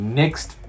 next